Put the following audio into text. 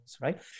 right